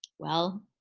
well,